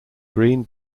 green